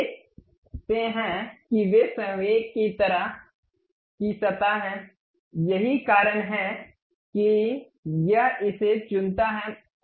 आप देखते हैं कि वे संयोग की तरह की सतह हैं यही कारण है कि यह इसे चुनता है